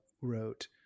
wrote